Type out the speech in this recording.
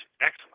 excellent